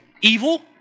evil